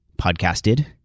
podcasted